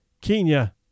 Kenya